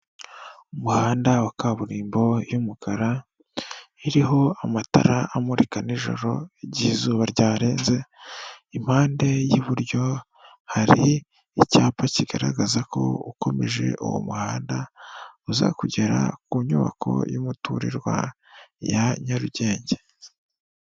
Umuhanda wa kaburimbo y'umukara iriho amatara amurika ni'joro igihe izuba ryarenze, impande y'iburyo hari icyapa kigaragaza ko ukomeje uwo muhanda uza kugera ku nyubako y'umuturirwa ya Nyarugenge.